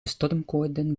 stormkoorden